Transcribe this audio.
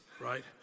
right